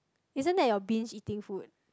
isn't that your binge eating food